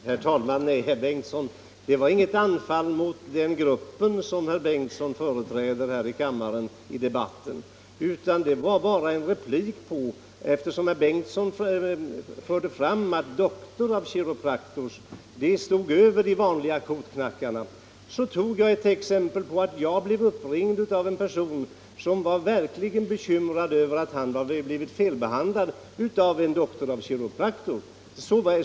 Herr talman! Nej, herr Bengtsson i Göteborg, det var inget anfall mot den grupp som herr Bengtsson företräder i debatten här i kammaren, utan det var bara en replik; eftersom herr Bengtsson förde fram påståendet att kiropraktorer skulle stå över de vanliga kotknackarna, anförde jag ett exempel på att jag hade blivit uppringd av en person som var verkligt bekymrad över att han blivit felbehandlad av en Doctor of Chiropractic.